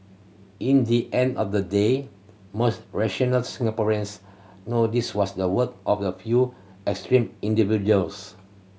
in the end of the day most rational Singaporeans know this was the work of a few extreme individuals